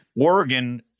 Oregon –